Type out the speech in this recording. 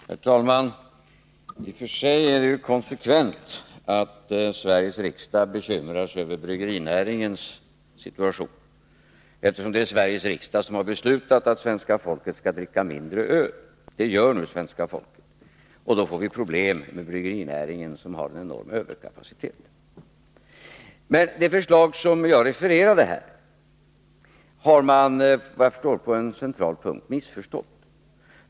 Herr talman! I och för sig är det konsekvent att Sveriges riksdag bekymrar sig över bryggerinäringens situation, eftersom det är Sveriges riksdag som har beslutat att svenska folket skall dricka mindre öl. Det gör nu svenska folket, och då får vi problem med bryggerinäringen, som har en enorm överkapacitet. Det förslag som jag refererade här har man, såvitt jag förstår, missförstått på en central punkt.